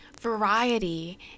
variety